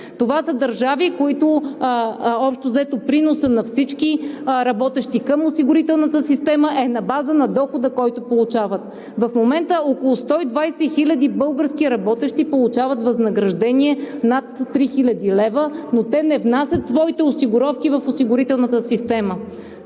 Това са държави, в които общо взето приносът на всички работещи към осигурителната система е на база на дохода, който получават. В момента около 120 хиляди български работещи получават възнаграждение над 3000 лв., но те не внасят своите осигуровки в осигурителната система.